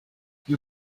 you